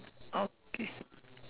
okay